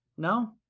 No